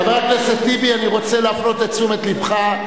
חבר הכנסת טיבי, אני רוצה להפנות את תשומת לבך,